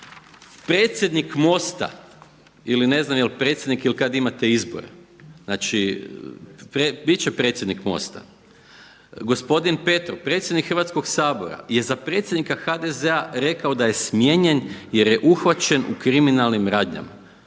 predsjednik MOST-a ili ne znam jel predsjednik ili kad imate izbore, znači bit će predsjednik MOST-a gospodin Petrov, predsjednik Hrvatskog sabora je za predsjednika HDZ-a rekao da je smijenjen jer je uhvaćen u kriminalnim radnjama.